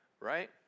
right